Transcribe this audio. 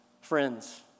Friends